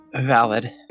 Valid